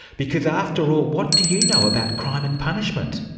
because after all, what do you know about crime and punishment?